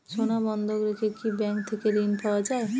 সোনা বন্ধক রেখে কি ব্যাংক থেকে ঋণ পাওয়া য়ায়?